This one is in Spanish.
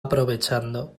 aprovechando